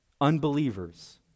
Unbelievers